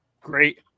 Great